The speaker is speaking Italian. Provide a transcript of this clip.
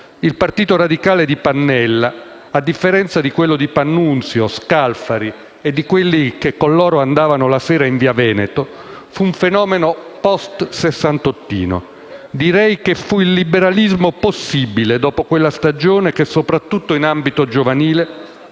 Il Partito Radicale di Pannella, a differenza di quello di Pannunzio, Scalfari e di quelli che con loro andavano la sera in via Veneto, fu un fenomeno *post* sessantottino. Direi che fu il liberalismo possibile dopo quella stagione che, soprattutto in ambito giovanile,